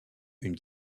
une